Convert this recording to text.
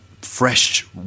fresh